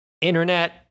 internet